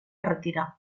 retirar